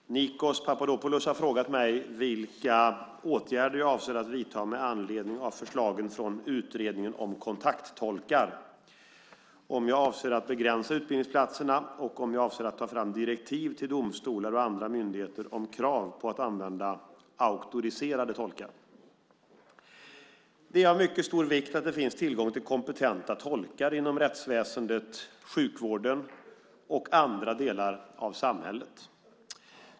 Fru talman! Nikos Papadopoulos har frågat mig vilka åtgärder jag avser att vidta med anledning av förslagen från Utredningen om kontakttolkar, om jag avser att begränsa utbildningsplatserna och om jag avser att ta fram direktiv till domstolar och andra myndigheter om krav på att använda auktoriserade tolkar. Det är av mycket stor vikt att det finns tillgång till kompetenta tolkar inom rättsväsendet, sjukvården och andra delar av samhället.